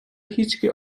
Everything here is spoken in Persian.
هیچکی